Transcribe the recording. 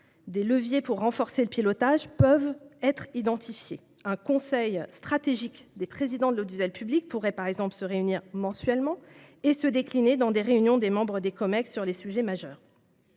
Des leviers pour renforcer le pilotage peuvent être identifiés. Un conseil stratégique des présidents de l'audiovisuel public pourrait se réunir mensuellement et se décliner avec des réunions des membres des comités exécutifs sur les sujets majeurs.